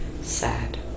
sad